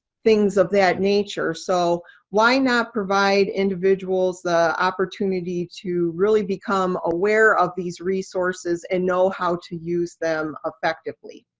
things of that nature. so why not provide individuals the opportunity to really become aware of these resources and know how to use them effectively.